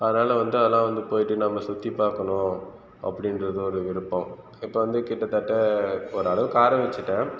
அதனால் வந்து அதெல்லாம் வந்து போய்ட்டு நம்ம சுற்றி பார்க்கணும் அப்படின்றது ஒரு விருப்பம் இப்போ வந்து கிட்டத்தட்ட ஒரு அளவுக்கு ஆரம்பிச்சுட்டேன்